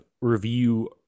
review